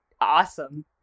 awesome